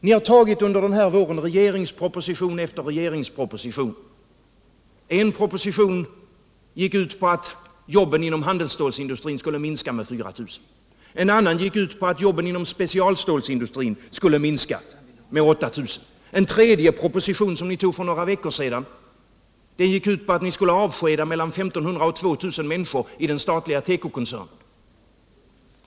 Ni har under denna vår tagit regeringsproposition efter regeringsproposition. En proposition gick ut på att jobben inom handelsstålsindustrin skulle minska med 4 000. En annan gick ut på att jobben inom specialstålsindustrin skulle minska med 8 000. En tredje proposition, som togs för några veckor sedan, gick ut på att ni skulle avskeda mellan 1 500 och 2000 människor inom den statliga tekokoncernen.